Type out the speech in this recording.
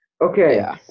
Okay